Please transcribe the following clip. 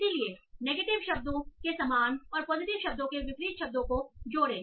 इसलिए नेगेटिव शब्दों के समान और पॉजिटिव शब्दों के विपरीत शब्दों को जोड़ें